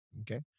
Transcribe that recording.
Okay